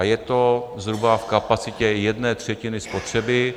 Je to zhruba v kapacitě jedné třetiny spotřeby.